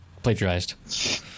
plagiarized